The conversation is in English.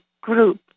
group